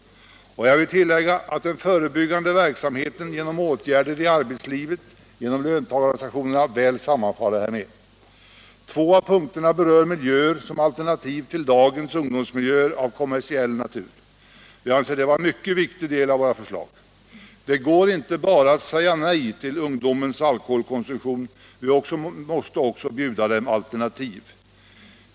Jag vill tillägga att den förebyggande verksamheten med åtgärder i arbetslivet genom löntagarorganisationerna väl sammanfaller därmed. Två av punkterna berör miljöer som alternativ till dagens ungdomsmiljöer av kommersiell natur. Vi anser detta vara en mycket viktig del av våra förslag. Det går inte att bara säga nej till ungdomens alkoholkonsumtion; vi måste också bjuda de unga alternativ.